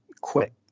quick